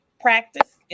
practice